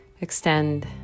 extend